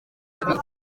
kabiri